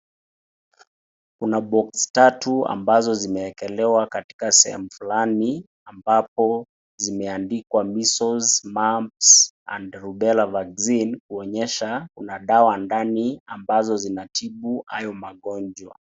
Kuna box tatu ambazo zimewekelewa katika sehemu fulani, ambapo zimeandikwa measles, mumps and rubella vaccine , kuonyesha kuna dawa ndani, ambazo zinatibu hayo magonjwa.